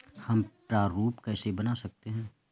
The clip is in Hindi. हम प्रारूप कैसे बना सकते हैं?